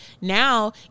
now